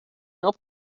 help